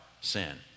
sin